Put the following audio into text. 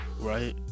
Right